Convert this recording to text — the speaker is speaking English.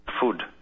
food